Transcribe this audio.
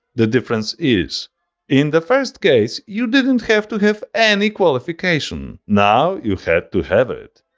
the difference is in the first case you didn't have to have any qualification now you had to have it.